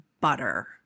butter